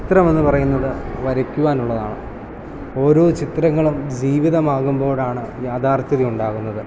ചിത്രം എന്ന് പറയുന്നത് വരയ്ക്കുവാൻ ഉള്ളതാണ് ഓരോ ചിത്രങ്ങളും ജീവിതമാകുമ്പോഴാണ് യാഥാർഥ്യത ഉണ്ടാകുന്നത്